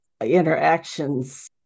interactions